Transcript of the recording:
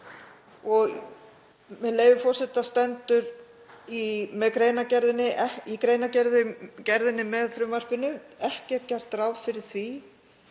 Með leyfi forseta stendur í greinargerðinni með frumvarpinu: „Ekki er gert ráð fyrir að